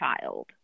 child